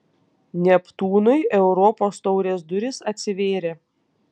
neptūnui europos taurės durys atsivėrė